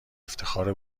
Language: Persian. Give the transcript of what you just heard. افتخار